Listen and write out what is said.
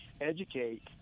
educate